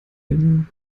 junge